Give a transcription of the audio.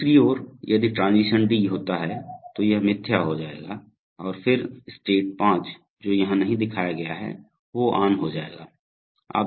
दूसरी ओर यदि ट्रांजीशन डी होता है तो यह मिथ्या हो जाएगा और फिर स्टेट 5 जो यहां नहीं दिखाया गया है वो ऑन हो जाएगा